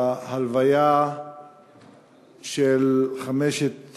בהלוויה של חמשת